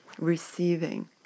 receiving